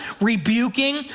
rebuking